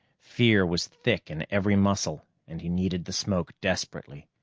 fear was thick in every muscle, and he needed the smoke desperately.